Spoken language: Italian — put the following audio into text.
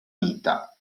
vita